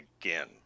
again